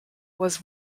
was